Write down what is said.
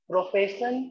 Profession